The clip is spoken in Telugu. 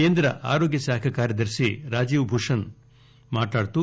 కేంద్ర ఆరోగ్య శాఖ కార్యదర్శి రాజేష్ భూషణ్ మాట్లాడుతూ